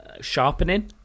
sharpening